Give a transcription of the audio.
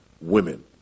women